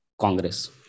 Congress